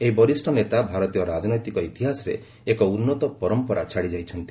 ଏହି ବରିଷ୍ଣ ନେତା ଭାରତୀୟ ରାଜନୈତିକ ଇତିହାସରେ ଏକ ଉନ୍ନତ ପରମ୍ପରା ଛାଡ଼ି ଯାଇଛନ୍ତି